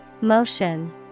Motion